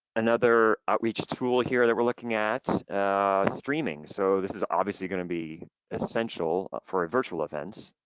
another outreach tool here that we're looking at streaming. so this is obviously gonna be essential for virtual events,